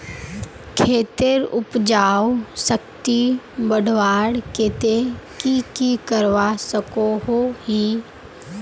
खेतेर उपजाऊ शक्ति बढ़वार केते की की करवा सकोहो ही?